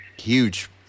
huge